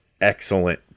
excellent